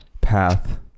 path